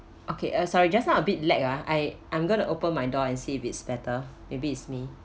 okay uh sorry just now a bit lag ah I I'm going to open my door and see if it's better maybe it's me